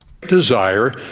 desire